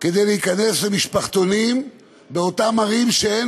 כדי להיכנס למשפחתונים באותן ערים שאין